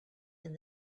and